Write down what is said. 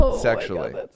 sexually